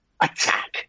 attack